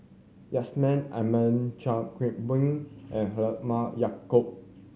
Yusman Aman Chan Kim Boon and Halimah Yacob